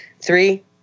three